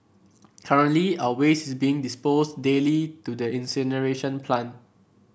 currently our waste is being disposed daily to the incineration plant